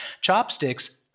Chopsticks